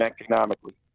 economically